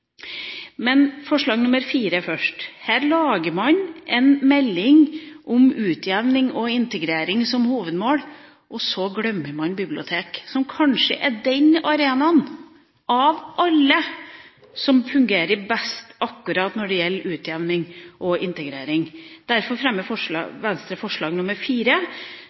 forslag nr. 4: Her lager man en melding med utjevning og integrering som hovedmål, og så glemmer man biblioteket – som kanskje er den arenaen av alle som fungerer best akkurat når det gjelder utjevning og integrering. Derfor fremmer Venstre forslag